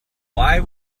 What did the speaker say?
why